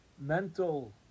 mental